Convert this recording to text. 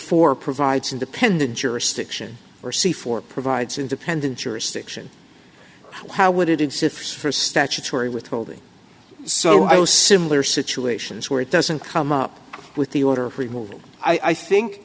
four provides independent jurisdiction or see for provides independent jurisdiction how would it insists for statutory withholding so similar situations where it doesn't come up with the order removing i think